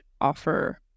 offer